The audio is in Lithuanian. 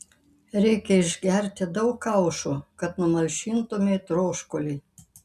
reikia išgerti daug kaušų kad numalšintumei troškulį